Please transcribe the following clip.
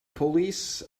police